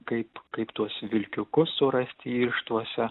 kaip kaip tuos vilkiukus surasti irštvose